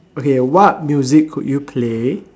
okay what music could you play